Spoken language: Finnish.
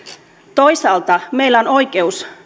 toisaalta meillä on oikeus